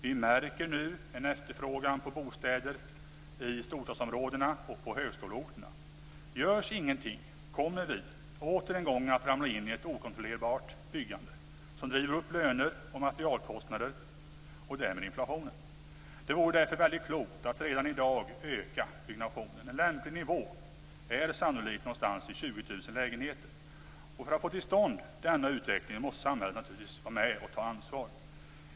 Vi märker nu att efterfrågan på bostäder ökar i storstadsområdena och på högskoleorterna. Görs ingenting kommer vi återigen att ramla in i ett okontrollerat byggande som driver upp löner och materialkostnader och därmed inflationen. Det vore därför väldigt klokt att redan i dag öka byggandet. En lämplig nivå är sannolikt ca 20 000 lägenheter. För att få till stånd denna utveckling måste samhället ta ansvar.